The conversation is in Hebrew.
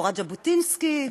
תורת ז'בוטינסקי,